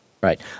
right